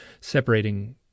separating